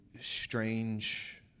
strange